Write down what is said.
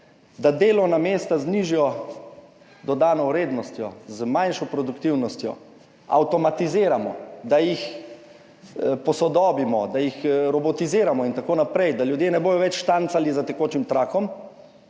da delovna mesta z nižjo dodano vrednostjo, z manjšo produktivnostjo avtomatiziramo, da jih posodobimo, da jih robotiziramo in tako naprej, da ljudje ne bodo več štancali za tekočim trakom